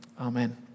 amen